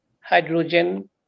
Hydrogen